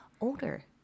older